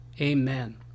Amen